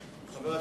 היושב-ראש,